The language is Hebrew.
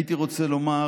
הייתי רוצה לומר